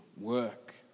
work